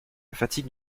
fatigue